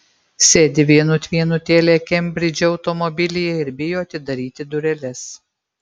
sėdi vienut vienutėlė kembridže automobilyje ir bijo atidaryti dureles